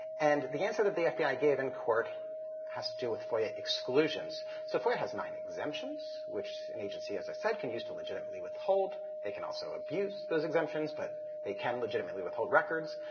and the answer that the fbi gave in court has to do with foia exclusions. so foia has nine exemptions, which an agency, as i said, can use to legitimately withhold. they can also abuse those exemptions but they can legitimately withhold records